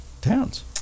towns